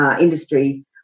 industry